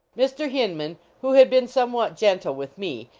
mr. hinman, who had been somewhat gen tle with me,